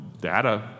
data